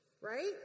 right